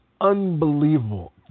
unbelievable